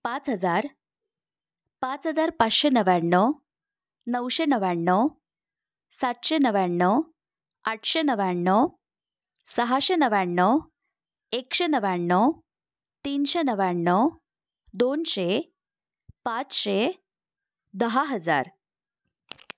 पाच हजार पाच हजार पाचशे नव्याण्णव नऊशे नव्याण्णव सातशे नव्याण्णव आठशे नव्याण्णव सहाशे नव्याण्णव एकशे नव्याण्णव तीनशे नव्याण्णव दोनशे पाचशे दहा हजार